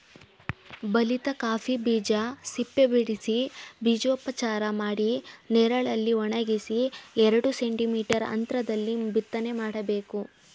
ಬಲಿತ ಕಾಫಿ ಬೀಜ ಸಿಪ್ಪೆಬಿಡಿಸಿ ಬೀಜೋಪಚಾರ ಮಾಡಿ ನೆರಳಲ್ಲಿ ಒಣಗಿಸಿ ಎರಡು ಸೆಂಟಿ ಮೀಟರ್ ಅಂತ್ರದಲ್ಲಿ ಬಿತ್ತನೆ ಮಾಡ್ಬೇಕು